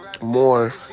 more